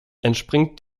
entspringt